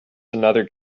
another